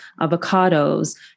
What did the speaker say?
avocados